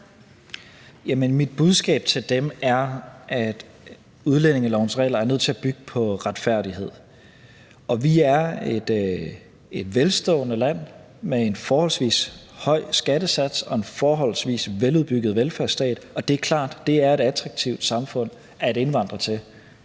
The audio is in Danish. mit budskab til dem er, at udlændingelovens regler er nødt til at bygge på retfærdighed. Vi er et velstående land med en forholdsvis høj skattesats og en forholdsvis veludbygget velfærdsstat, og det er klart, at det er et attraktivt samfund at indvandre til;